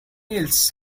else